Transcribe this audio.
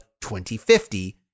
2050